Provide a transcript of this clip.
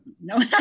No